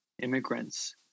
immigrants